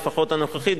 לפחות הנוכחית,